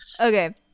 Okay